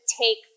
take